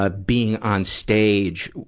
ah being on stage,